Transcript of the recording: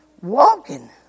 walking